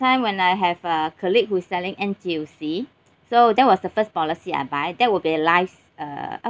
time when I have a colleague who's selling N_T_U_C so that was the first policy I buy that will be a life's uh